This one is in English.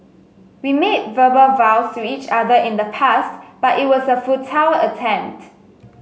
we made verbal vows to each other in the past but it was a futile attempt